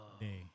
day